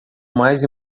mais